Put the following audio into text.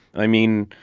i mean,